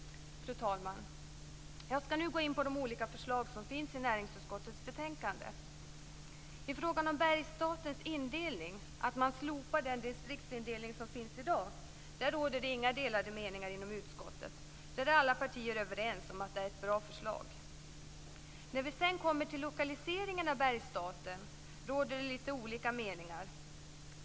Fru talman! Jag skall nu gå in på de olika förslag som finns i näringsutskottets betänkande. I frågan om Bergsstatens indelning, att man slopar den distriktsindelning som finns i dag, råder det inga delade meningar inom utskottet. Alla partier är överens om att det är ett bra förslag. När vi sedan kommer till lokaliseringen av Bergsstaten råder det litet olika meningar.